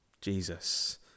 Jesus